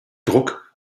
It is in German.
druck